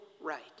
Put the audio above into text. right